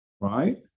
right